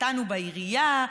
והתחתנו בעירייה,